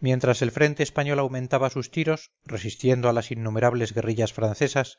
mientras el frente español aumentaba sus tiros resistiendo a las innumerables guerrillas francesas